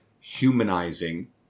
humanizing